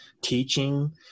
Teaching